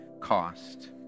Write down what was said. cost